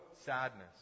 sadness